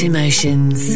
Emotions